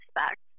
expect